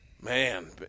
Man